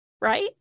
right